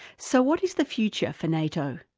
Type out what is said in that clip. so what is the future for nato?